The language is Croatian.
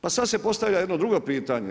Pa sad se postavlja jedno drugo pitanje.